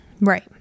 Right